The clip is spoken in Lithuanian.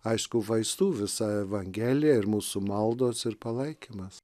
aišku vaistų visa evangelija ir mūsų maldos ir palaikymas